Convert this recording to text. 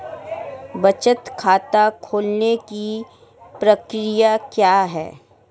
बचत खाता खोलने की प्रक्रिया क्या है?